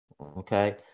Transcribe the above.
Okay